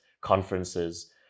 conferences